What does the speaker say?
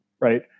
right